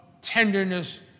tenderness